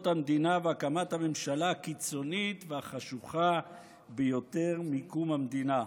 המדינה ולהקמת הממשלה הקיצונית והחשוכה ביותר מקום המדינה.